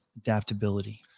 adaptability